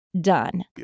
done